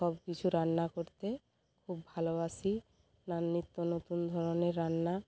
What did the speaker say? সব কিছু রান্না করতে খুব ভালোবাসি নান নিত্য নতুন ধরনের রান্না